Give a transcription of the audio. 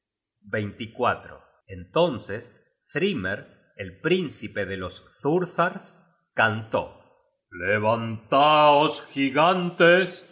joetenhem entonces thrymer el príncipe de los thursars cantó levantaos gigantes